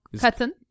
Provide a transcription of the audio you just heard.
Cotton